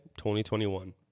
2021